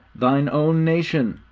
thine own nation.